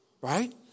right